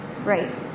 right